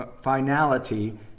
finality